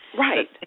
Right